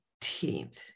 19th